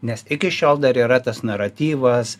nes iki šiol dar yra tas naratyvas